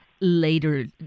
later